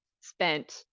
spent